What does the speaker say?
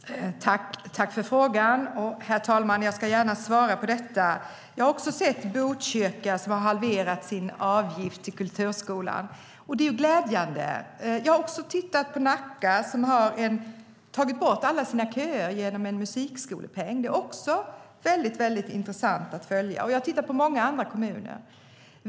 Herr talman! Tack för frågan, Isak From! Jag ska gärna svara på detta. Jag har också tittat på Botkyrka som har halverat sin avgift till kulturskolan, och det är glädjande att de har gjort det. Jag har även tittat på Nacka som har tagit bort alla sina köer genom en musikskolepeng. Det är väldigt intressant att följa. Jag har också tittat på många andra kommuner.